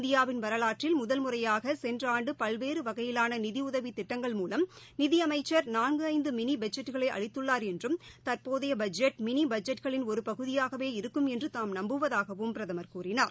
இந்தியாவின் வரலாற்றில் முதல் முறையாக சென்ற ஆண்டு பல்வேறு வகையிலான நிதி உதவி திட்டங்கள் மூலம் நிதி அமைச்சா் நான்கு ஐந்து மினி பட்ஜெட்களை அளித்துள்ளாா் என்றும் தற்போதைய பட்ஜெட் மினி பட்ஜெட்களின் ஒரு பகுதியாகவே இருக்கும் என்று தாம் நம்புவதாகவும் பிரதம் கூறினார்